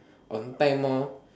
on time lah